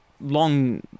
Long